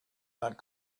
not